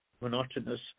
monotonous